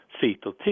fetal